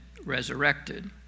resurrected